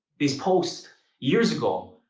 these posts years ago,